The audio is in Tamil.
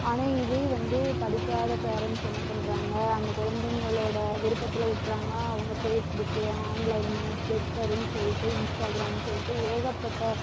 ஆனால் இதே வந்து படிக்காத பேரன்ட்ஸ் என்ன பண்ணுறாங்க அந்த குழந்தைகளோட விருப்பத்தில் விட்டுறாங்க அவங்க ஃபேஸ் புக் ஆன்லைன்னு ட்விட்டருன்னு சொல்லிட்டு இன்ஸ்டாக்ராம்ன்னு சொல்லிட்டு ஏகப்பட்ட